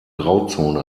grauzone